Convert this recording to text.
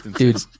dude